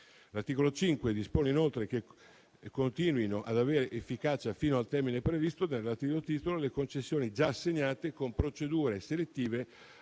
L'articolo 5 dispone inoltre che continuino ad avere efficacia fino al termine previsto del relativo titolo le concessioni già assegnate con procedure selettive